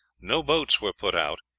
no boats were put out,